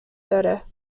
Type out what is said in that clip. داره